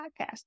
podcast